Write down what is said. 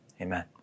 Amen